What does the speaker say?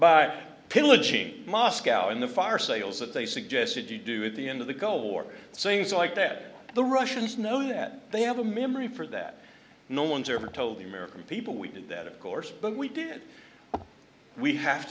by pillaging moscow and the fire sales that they suggested you do at the end of the cold war sayings like that the russians know that they have a memory for that no one's ever told the american people we did that of course but we did we have